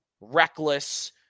reckless